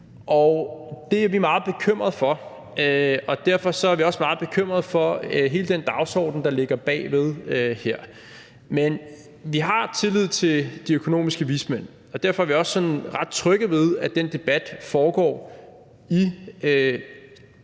Det er vi meget bekymrede for, og derfor er vi også meget bekymrede for hele den dagsorden, der ligger bagved her. Men vi har tillid til de økonomiske vismænd. Derfor er vi også sådan ret trygge ved, at den debat foregår i